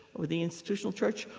or the institutional church,